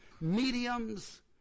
mediums